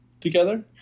together